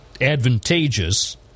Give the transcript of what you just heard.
advantageous